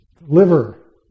liver